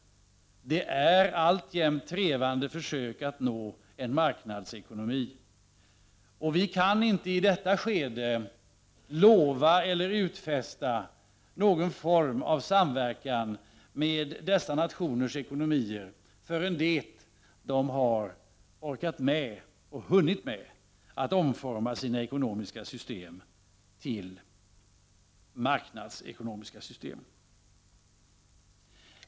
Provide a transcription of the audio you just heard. Det är alltjämt trevande försök att nå en marknadsekonomi. Vi kan inte i detta skede lova eller utfästa någon form av samverkan med dessa nationers ekonomier förrän de har orkat med och hunnit med att omforma sina ekonomiska system till marknadsekonomiska system.